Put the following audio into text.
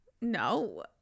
No